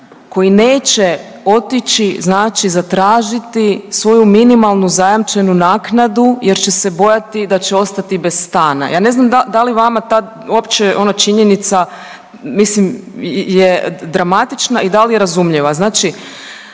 koji neće otići zatražiti svoju minimalnu zajamčenu naknadu jer će se bojati da će ostati bez stana. Ja ne znam da li vama ta uopće ono činjenica mislim je dramatična i da li je razumljiva.